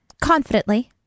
confidently